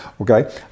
okay